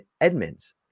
Edmonds